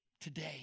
Today